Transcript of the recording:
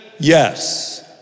Yes